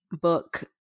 book